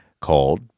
called